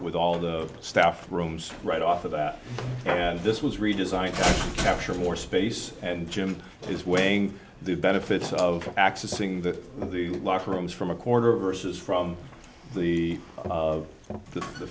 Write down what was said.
with all of the staff rooms right off of that and this was redesigned after more space and jim is weighing the benefits of accessing the of the locker rooms from a quarter versus from the the